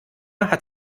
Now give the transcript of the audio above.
hat